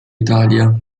italia